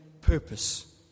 purpose